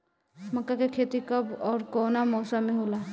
मका के खेती कब ओर कवना मौसम में होला?